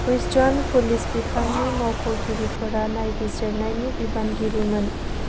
Houston police बिफाननि मावख'गिरिफोरा नायबिजिरनायनि बिबानगिरिमोन